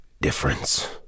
difference